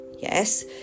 Yes